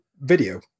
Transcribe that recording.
video